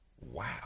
wow